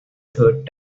third